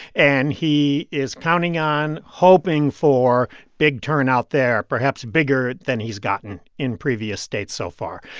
and he is counting on, hoping for big turnout there, perhaps bigger than he's gotten in previous states so far.